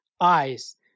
eyes